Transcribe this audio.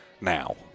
now